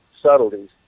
subtleties